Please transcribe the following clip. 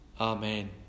Amen